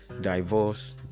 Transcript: divorce